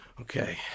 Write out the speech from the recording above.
Okay